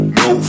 no